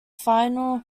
final